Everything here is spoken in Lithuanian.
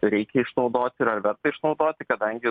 reikia išnaudoti ir ar verta išnaudoti kadangi